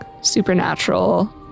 supernatural